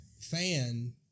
fan